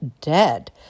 dead